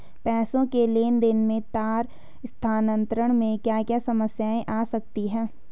पैसों के लेन देन में तार स्थानांतरण में क्या क्या समस्याएं आ सकती हैं?